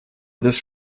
this